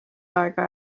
aega